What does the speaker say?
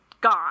gone